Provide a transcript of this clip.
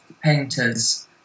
painters